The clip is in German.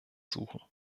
suchen